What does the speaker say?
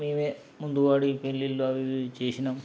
మేమే ముందు వాడి పెళ్ళిళ్ళు అవి ఇవి చేసినాం